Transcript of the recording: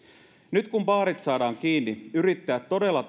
nyt kun baarit saadaan kiinni yrittäjät todella